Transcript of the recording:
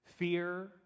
Fear